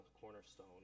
cornerstone